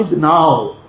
now